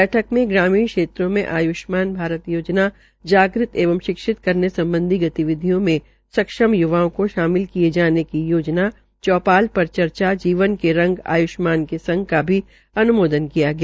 बैठक में ग्रामीण क्षेत्रों में आय्ष्मान भारत योजना के जाग़त एवं शिक्षित करने सम्बधी गतिविधियों में सक्षम य्वाओं को शामिल किये जाने की योजना चौधाल शर चर्चा जीवन के रंग आयूष्मान के संग का भी अन्मोदन किया गया